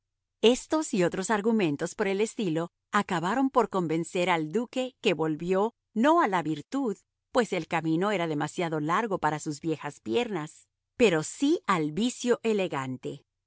y otros argumentos por el estilo acabaron por convencer al duque que volvió no a la virtud pues el camino era demasiado largo para sus viejas piernas pero sí al vicio elegante